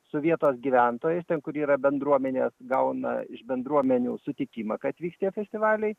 su vietos gyventojais ten kur yra bendruomenės gauna iš bendruomenių sutikimą kad vyks tie festivaliai